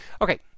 Okay